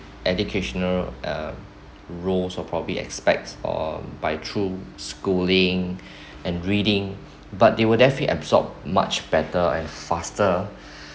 educational uh roles so probably expects or by through schooling and reading but were therefore absorbed much better and faster